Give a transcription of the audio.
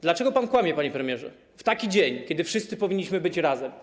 Dlaczego pan kłamie, panie premierze, w taki dzień, kiedy wszyscy powinniśmy być razem?